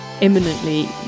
imminently